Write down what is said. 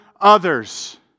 others